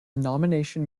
nomination